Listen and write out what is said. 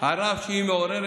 הרב שהיא מעוררת,